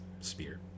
Spear